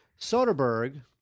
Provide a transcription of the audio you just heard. Soderbergh